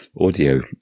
audio